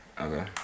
Okay